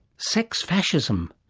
sex fascism.